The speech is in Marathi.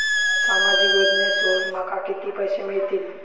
सामाजिक योजनेसून माका किती पैशे मिळतीत?